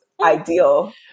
ideal